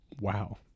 Wow